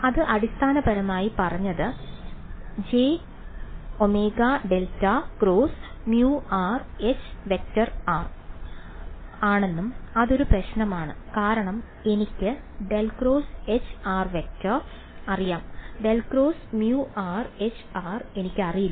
അത് അടിസ്ഥാനപരമായി പറഞ്ഞത് jω∇ × μH→ ആണെന്നും അതൊരു പ്രശ്നമാണ് കാരണം എനിക്ക് ∇× H→ അറിയാം ∇× μH→ എനിക്കറിയില്ല